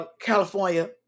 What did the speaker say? california